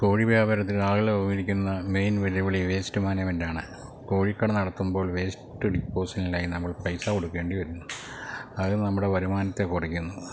കോഴി വ്യാപാരത്തിന് ആളുകൾ വിവരിക്കുന്ന മെയിൻ വെല്ലുവിളി വേസ്റ്റ് മാനേജ്മെൻറ്റാണ് കോഴി കട നടത്തുമ്പോൾ വേസ്റ്റ് ഡിസ്പോസലിനായി നമ്മൾ പൈസ കൊടുക്കേണ്ടി വരും അതു നമ്മുടെ വരുമാനത്തെ കുറയ്ക്കുന്നു